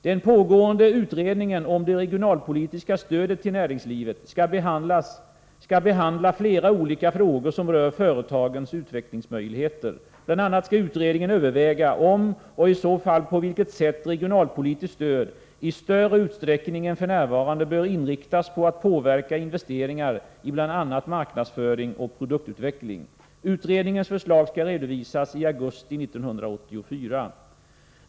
Den pågående utredningen om det regionalpolitiska stödet till näringslivet skall behandla flera olika frågor som rör företagens utvecklingsmöjligheter. Bl. a. skall utredningen överväga om och i så fall på vilket sätt regionalpolitiskt stöd i större utsträckning än f. n. bör inriktas på att påverka investeringar i bl.a. marknadsföring och produktutveckling. Utredningens förslag skall redovisas i augusti 1984.